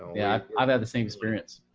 yeah i'd had the same experience.